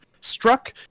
struck